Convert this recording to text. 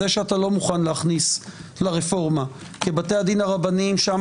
זה שאתה לא מוכן להכניס לרפורמה כי בתי הדין הרבניים שם